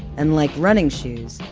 and like running shoes,